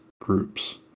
groups